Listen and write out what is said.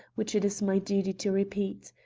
which it is my duty to repeat.